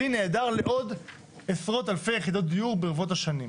לעוד עשרות אלפי יחידות דיור ברוות השנים.